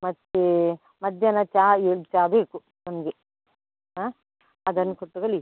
ಮತ್ತೆ ಮಧ್ಯಾಹ್ನ ಚಾ ಏಳು ಚಾ ಬೇಕು ನಮಗೆ ಹಾಂ ಅದನ್ನು ಕೊಟ್ಟು ಕಳಿಸಿ